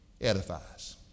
edifies